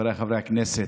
חבריי חברי הכנסת,